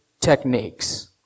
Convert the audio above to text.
techniques